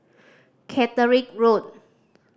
Caterick Road